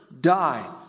die